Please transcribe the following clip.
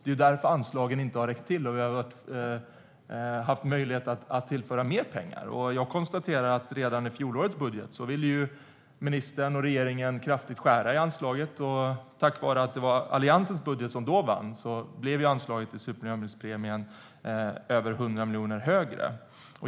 Det är därför anslagen inte har räckt till, och vi har haft möjlighet att tillföra mer pengar. Jag konstaterar att ministern och regeringen ville skära kraftigt i anslaget redan i fjolårets budget. Tack vare att det var Alliansens budget som vann då blev anslaget till supermiljöbilspremien över 100 miljoner högre.